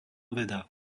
veda